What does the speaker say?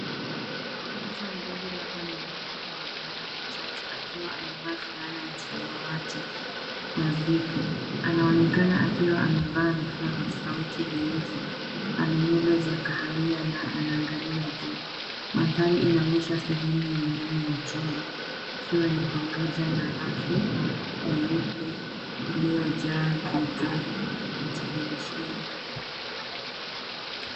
Mtoto mdogo labda menye umri wa miaka michache akiwa amevaa fulana ya samwati na zipu, anaonekana akiwa amevaa vifaa vya sauti vyeusi. Ana nyewele za kahawia na anaangalia juu. Mandhari inaonyesha sehemu ya ndani ya chumba, ikiwa ni pamoja na rafu nyeupe iliyojaa vitu na televisheni.